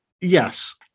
Yes